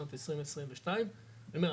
שנת 2022. אני אומר,